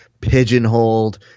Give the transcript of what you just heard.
pigeonholed